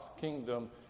kingdom